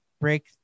break